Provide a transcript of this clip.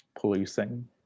policing